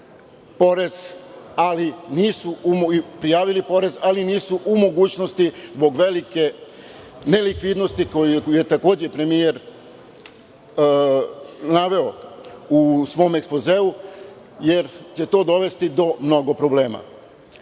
prijavili porez, ali nisu u mogućnosti zbog velike nelikvidnosti koju je takođe premijer naveo u svom ekspozeu, jer će to dovesti do mnogo problema.Za